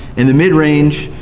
and the mid range,